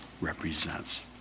represents